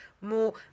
more